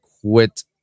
quit